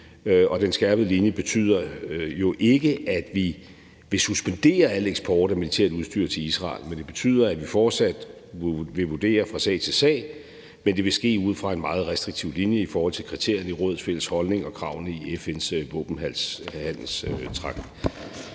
og den skærpede linje betyder jo ikke, at vi vil suspendere al eksport af militært udstyr til Israel, men det betyder, at vi fortsat vil vurdere det fra sag til sag, og at det også vil ske ud fra en meget restriktiv linje i forhold til kriterierne i Rådets fælles holdning og kravene i FN's våbenhandelstraktat.